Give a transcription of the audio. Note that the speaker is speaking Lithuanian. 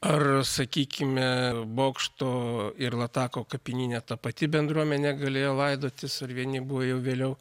ar sakykime bokšto ir latako kapinyne ta pati bendruomenė galėjo laidotis ar vieni buvo jau vėliau